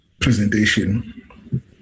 presentation